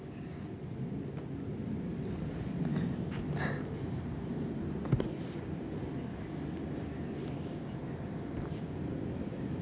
and